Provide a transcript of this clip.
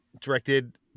directed